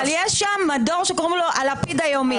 אבל יש שם מדור שקוראים לו הלפיד היומי.